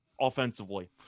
offensively